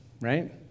right